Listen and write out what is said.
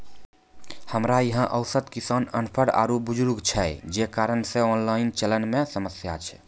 हमरा यहाँ औसत किसान अनपढ़ आरु बुजुर्ग छै जे कारण से ऑनलाइन चलन मे समस्या छै?